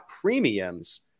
premiums